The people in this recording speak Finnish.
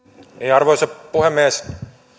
arvoisa puhemies olen